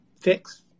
fix